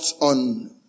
on